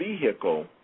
vehicle